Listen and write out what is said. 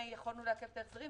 אם הוא לא מצליח למכור את הדירה,